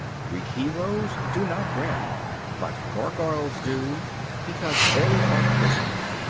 greek heroes do not grin but gargoyles do because they are christian.